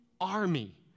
army